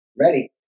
ready